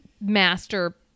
master